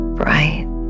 bright